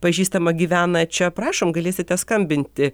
pažįstama gyvena čia prašom galėsite skambinti